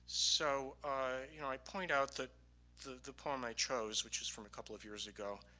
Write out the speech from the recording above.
so i you know i point out that the the poem i chose which is from a couple of years ago